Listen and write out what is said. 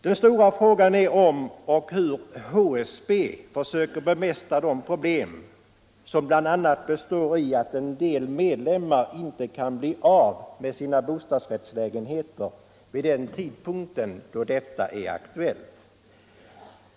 Den stora frågan är om och hur HSB försöker bemästra de problem som bl.a. består i att en del medlemmar inte kan bli av med sina bostadsrättslägenheter vid den tidpunkt då detta är aktuellt.